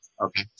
okay